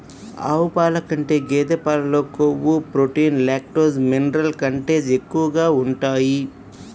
ఆవు పాల కంటే గేదె పాలలో కొవ్వు, ప్రోటీన్, లాక్టోస్, మినరల్ కంటెంట్ ఎక్కువగా ఉంటాయి